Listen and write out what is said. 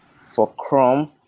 for chrome,